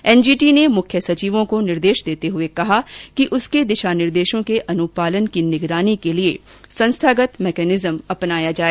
NGT ने मुख्य सचिवों को निर्देश देते हुए कहा कि उसके दिशा निर्देशों के अनुपालन की निगरानी के लिए संस्थागत मैकेनिज्म अपनाया जाए